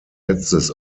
letztes